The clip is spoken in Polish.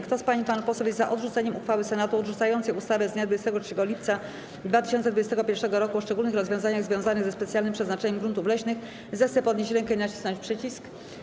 Kto z pań i panów posłów jest za odrzuceniem uchwały Senatu odrzucającej ustawę z dnia 23 lipca 2021 r. o szczególnych rozwiązaniach związanych ze specjalnym przeznaczeniem gruntów leśnych, zechce podnieść rękę i nacisnąć przycisk.